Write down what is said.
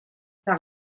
par